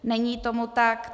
Není tomu tak.